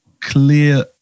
clear